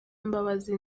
imbabazi